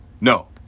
No